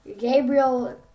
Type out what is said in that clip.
Gabriel